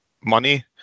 Money